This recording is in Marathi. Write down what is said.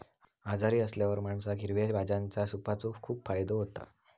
आजारी असल्यावर माणसाक हिरव्या भाज्यांच्या सूपाचो खूप फायदो होता